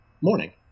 morning